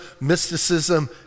mysticism